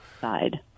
side